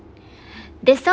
there some